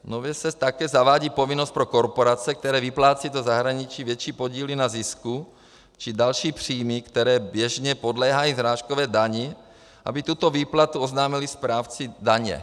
Nově se také zavádí povinnost pro korporace, které vyplácejí do zahraničí větší podíly na zisku či další příjmy, které běžně podléhají srážkové dani, aby tuto výplatu oznámily správci daně.